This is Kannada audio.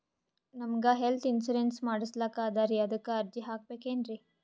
ನಮಗ ಹೆಲ್ತ್ ಇನ್ಸೂರೆನ್ಸ್ ಮಾಡಸ್ಲಾಕ ಅದರಿ ಅದಕ್ಕ ಅರ್ಜಿ ಹಾಕಬಕೇನ್ರಿ?